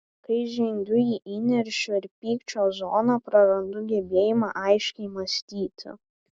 kai žengiu į įniršio ir pykčio zoną prarandu gebėjimą aiškiai mąstyti